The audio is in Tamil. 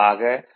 ஆக k 110